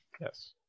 Yes